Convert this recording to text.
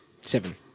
Seven